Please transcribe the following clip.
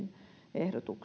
ehdotus